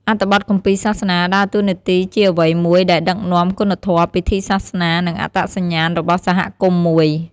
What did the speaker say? អត្ថបទគម្ពីរសាសនាដើរតួនាទីជាអ្វីមួយដែលដឹកនាំ គុណធម៌ ពិធីសាសនា និងអត្តសញ្ញាណរបស់សហគមន៍មួយ។